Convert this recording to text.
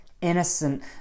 innocent